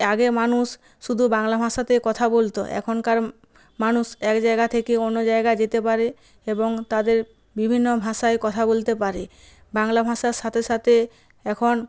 আগে মানুষ শুধু বাংলা ভাষাতে কথা বলতো এখনকার মানুষ এক জায়গা থেকে অন্য জায়গা যেতে পারে এবং তাদের বিভিন্ন ভাষায় কথা বলতে পারে বাংলা ভাষার সাথে সাথে এখন